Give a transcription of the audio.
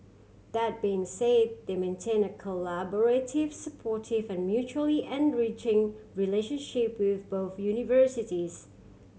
that being say they maintain a collaborative supportive and mutually enriching relationship with both universities